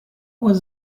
was